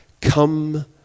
come